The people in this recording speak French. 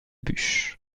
buch